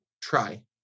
try